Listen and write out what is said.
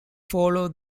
follow